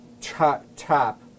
top